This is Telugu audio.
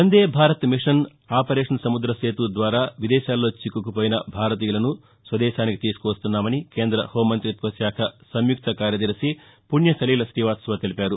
వందే భారత్ మిషన్ ఆపరేషన్ సముద్ర సేతు ద్వారా విదేశాల్లో చిక్కుకుపోయిన భారతీయులను స్వదేశానికి తీసుకువస్తున్నామని కేంద్ర హోం మంతిత్వ శాఖ సంయుక్త కార్యదర్శి పుణ్యసలీల తీవాత్సవ తెలిపారు